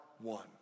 one